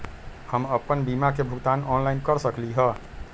हम अपन बीमा के भुगतान ऑनलाइन कर सकली ह?